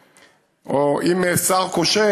ואם השר כושל,